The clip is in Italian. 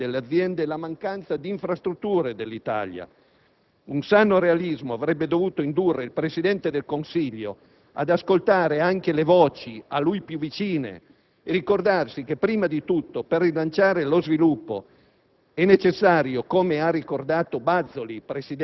molto più incisiva sulla perdita di competitività delle aziende è la mancanza di infrastrutture dell'Italia. Un sano realismo avrebbe dovuto indurre il Presidente del Consiglio ad ascoltare anche le voci a lui più vicine e ricordarsi che prima di tutto, per rilanciare lo sviluppo,